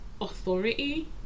authority